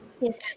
Yes